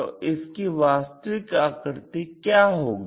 तो इसकी वास्तविक आकृति क्या होगी